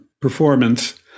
performance